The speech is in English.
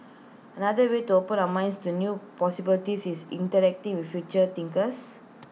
another way to open our minds to new possibilities is interacting with future thinkers